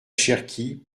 cherki